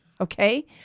okay